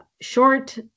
short